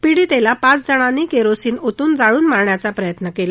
पीडितेला पाच जणांनी काल केरोसीन ओतून जाळून मारण्याचा प्रयत्न केला